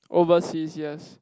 overseas yes